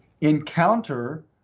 encounter